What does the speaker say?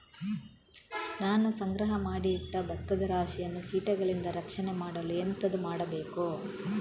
ನಾನು ಸಂಗ್ರಹ ಮಾಡಿ ಇಟ್ಟ ಭತ್ತದ ರಾಶಿಯನ್ನು ಕೀಟಗಳಿಂದ ರಕ್ಷಣೆ ಮಾಡಲು ಎಂತದು ಮಾಡಬೇಕು?